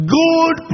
good